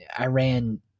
Iran